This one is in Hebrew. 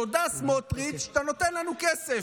תודה, סמוטריץ', שאתה נותן לנו כסף.